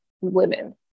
women